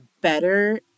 better